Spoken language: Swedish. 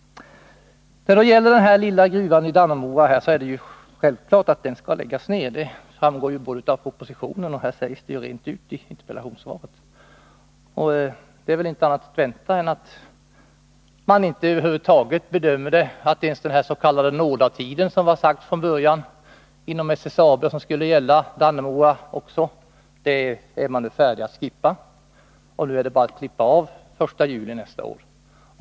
När det gäller den lilla gruvan i Dannemora är det självklart att den skall läggas ner — det framgår både av propositionen och av interpellationssvaret, där detta sägs rent ut. Det är väl ingenting annat att vänta än att det är slut med den s.k. nådatid som från början var utsatt inom SSAB och som skulle gälla Dannemora. Nu är det alltså bara att klippa av det hela från den 1 juli nästa år.